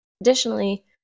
Additionally